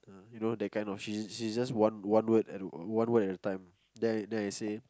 you know that kind a not she she's just one one word at a one word at a time then then I say